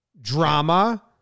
drama